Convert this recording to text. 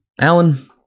Alan